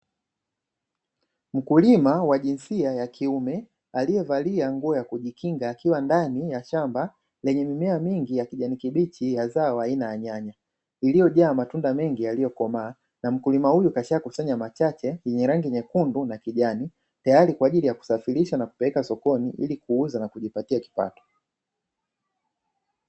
Mkulima wa jinsia ya kiume aliyevalia nguo ya kujikinga akiwa ndani ya shamba lenye mimea mingi ya kijani kibichi ya zao aina ya nyanya lililojaa matunda mengi yaliyo komaa, na mkulima huyu kashakusanya machache yenye rangi nyekundu na kijani tayari kwa ajili ya kusafirishwa na kupelekwa sokoni ili kuuza na kujipatia kipato.